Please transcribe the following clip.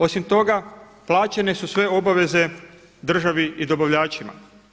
Osim toga, plaćene su sve obaveze državi i dobavljačima.